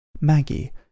Maggie